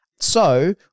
So-